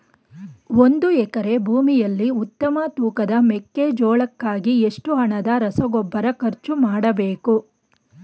ಒಂದು ಎಕರೆ ಭೂಮಿಯಲ್ಲಿ ಉತ್ತಮ ತೂಕದ ಮೆಕ್ಕೆಜೋಳಕ್ಕಾಗಿ ಎಷ್ಟು ಹಣದ ರಸಗೊಬ್ಬರ ಖರ್ಚು ಮಾಡಬೇಕು?